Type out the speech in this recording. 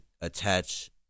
attach